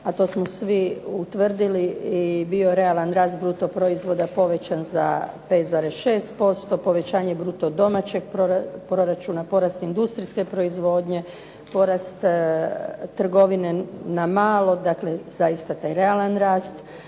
a to smo svi utvrdili i bio realan rast bruto proizvoda povećan za 5,6%, povećanje bruto domaćeg proračuna, porast industrijske proizvodnje, porast trgovine na malo, dakle zaista taj realan rast